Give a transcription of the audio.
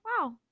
wow